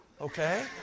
okay